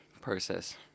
process